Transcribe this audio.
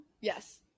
yes